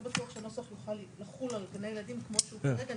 לא בטוח שהנוסח יוכל לחול על גני ילדים כמו שהוא כרגע.